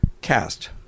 cast